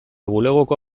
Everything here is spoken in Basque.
bulegoko